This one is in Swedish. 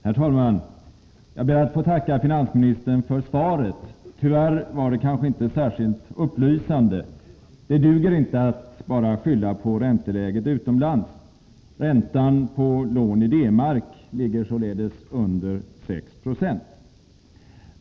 Herr talman! Jag ber att få tacka finansministern för svaret. Tyvärr var det kanske inte särskilt upplysande. Det duger inte att bara skylla på ränteläget utomlands. Räntan på lån i D-mark ligger således under 6 96.